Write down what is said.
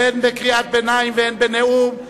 הן בקריאת ביניים והן בנאום.